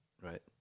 Right